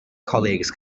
colleagues